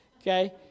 Okay